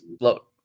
look